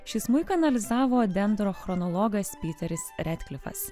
šį smuiką analizavo dendrochronologas pyteris retklifas